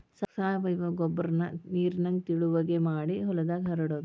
ಸಾವಯುವ ಗೊಬ್ಬರಾನ ನೇರಿನಂಗ ತಿಳುವಗೆ ಮಾಡಿ ಹೊಲದಾಗ ಹರಡುದು